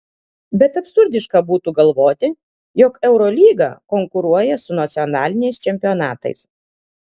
bet absurdiška būtų galvoti jog eurolyga konkuruoja su nacionaliniais čempionatais